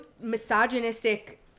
misogynistic